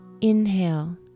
inhale